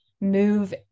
move